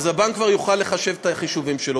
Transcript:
אז הבנק כבר יוכל לחשב את החישובים שלו.